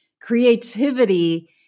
creativity